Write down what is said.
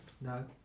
No